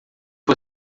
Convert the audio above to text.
que